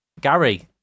Gary